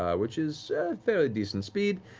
which is a fairly decent speed,